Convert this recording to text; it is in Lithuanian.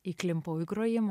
įklimpau į grojimą